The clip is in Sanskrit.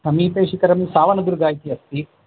समीपेशिखरं सावनदुर्गम् इति अस्ति